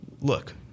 Look